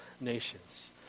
nations